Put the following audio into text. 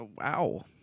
Wow